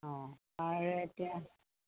অঁ তাৰে এতিয়া